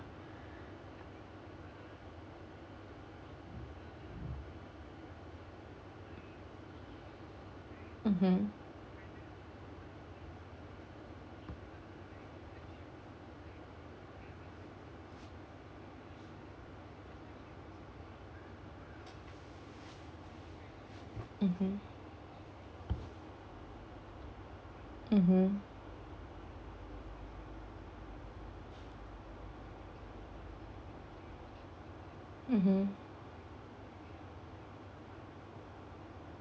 mmhmm mmhmm mmhmm mmhmm